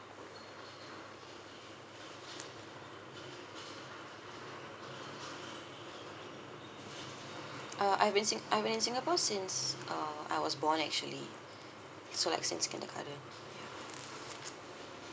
uh I've been sing~ I'm in singapore since uh I was born actually so like since kindergarten yeah